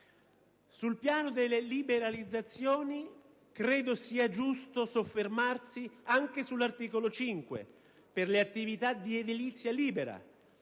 Sul piano delle liberalizzazioni, credo sia giusto soffermarsi anche sull'articolo 5, per le attività di edilizia libera: